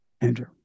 Andrew